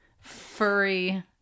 furry